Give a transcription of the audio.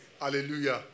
Hallelujah